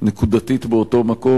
נקודתית באותו מקום,